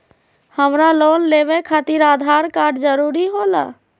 हमरा लोन लेवे खातिर आधार कार्ड जरूरी होला?